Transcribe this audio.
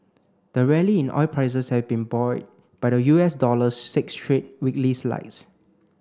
the rally in oil prices has been buoyed by the U S dollar's six straight weekly slides